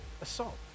assault